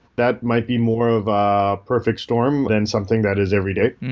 that might be more of a perfect storm than something that is every day.